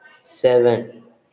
seven